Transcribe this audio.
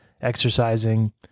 exercising